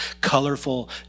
colorful